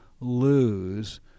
lose